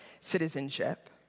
citizenship